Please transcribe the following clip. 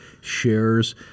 shares